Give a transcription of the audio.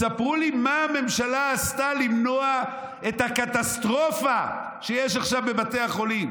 תספרו לי מה הממשלה עשתה למנוע את הקטסטרופה שיש עכשיו בבתי החולים,